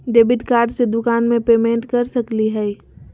Debit card से दुकान में पेमेंट कर सकली हई?